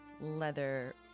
leather